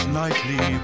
nightly